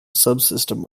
subsystem